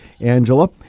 Angela